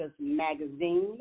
Magazine